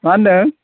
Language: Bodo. मा होन्दों